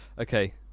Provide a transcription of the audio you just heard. Okay